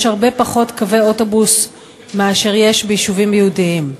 הרבה פחות קווי אוטובוס מאשר יש ביישובים יהודיים.